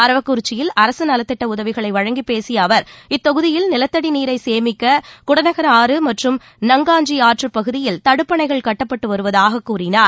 அரவக்குறிச்சியில் அரசு நலத்திட்ட உதவிகளை வழங்கிப் பேசிய அவர் இத்தொகுதியில் நிலத்தடி நீரை சேமிக்க குடகனாறு மற்றும் நங்காஞ்சி ஆற்றுப் பகுதியில் தடுப்பணைகள் கட்டப்பட்டு வருவதாகக் கூறினார்